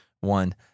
one